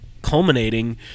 culminating